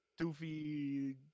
doofy